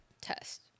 test